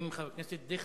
אני מודה לך, אדוני.